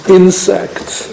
insects